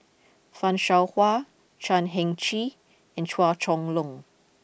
Fan Shao Hua Chan Heng Chee and Chua Chong Long